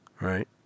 Right